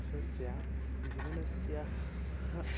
स्वस्य जीवनस्य